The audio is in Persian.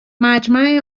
مجمع